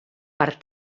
per